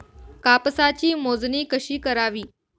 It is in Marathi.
कापसाची मोजणी कशी करावी?